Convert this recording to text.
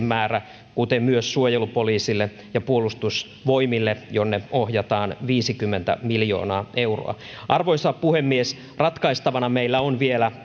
määrä kuten myös suojelupoliisille ja puolustusvoimille jonne ohjataan viisikymmentä miljoonaa euroa arvoisa puhemies ratkaistavana meillä on vielä